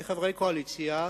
כחברי קואליציה,